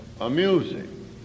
amusing